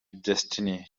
destiny